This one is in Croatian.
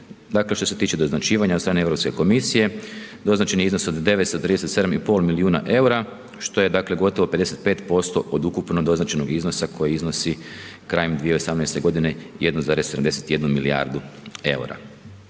dakle, što se tiče doznačivanja od strane EU komisije, doznačeni iznos od 937,5 milijuna eura, što je dakle, gotovo 55% od ukupno doznačenog iznosa koji iznosi krajem 2018. g. 1,71 milijardu eura.